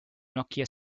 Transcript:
nokia